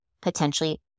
potentially